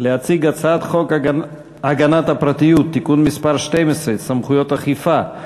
להציג את הצעת חוק הגנת הפרטיות (תיקון מס' 12) (סמכויות אכיפה),